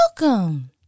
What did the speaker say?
Welcome